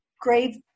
grave